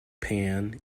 pan